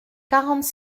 quarante